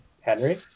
Henry